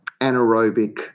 anaerobic